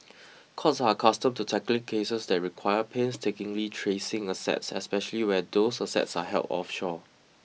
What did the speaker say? courts are accustomed to tackling cases that require painstakingly tracing assets especially where those assets are held offshore